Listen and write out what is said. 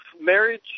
marriage